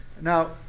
Now